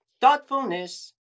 Thoughtfulness